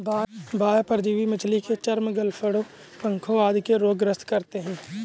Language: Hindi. बाह्य परजीवी मछली के चर्म, गलफडों, पंखों आदि के रोग ग्रस्त करते है